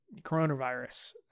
coronavirus